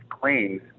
claims